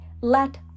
Let